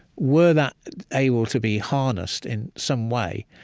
were that able to be harnessed in some way,